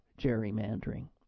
gerrymandering